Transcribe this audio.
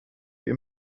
wir